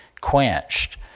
quenched